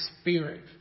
spirit